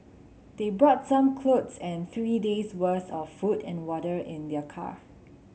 they brought some clothes and three days worth of food and water in their car